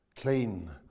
clean